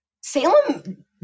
Salem